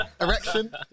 Erection